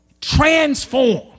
transform